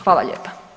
Hvala lijepa.